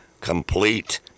Complete